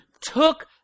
took